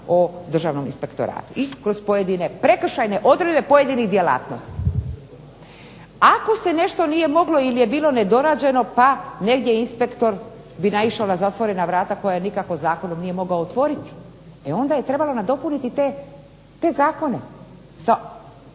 o Državnom inspektoratu i kroz pojedine prekršajne odredbe pojedinih djelatnosti. Ako se nešto nije moglo ili je bilo nedorađeno pa negdje inspektor bi naišao na zatvorena vrata koja nikako zakonom nije mogao otvoriti onda je trebalo nadopuniti te zakone